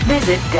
Visit